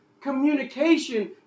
Communication